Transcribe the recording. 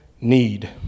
need